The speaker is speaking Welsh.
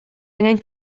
angen